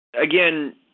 Again